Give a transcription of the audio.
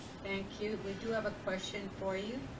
thank you. we do have a question for you.